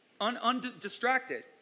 undistracted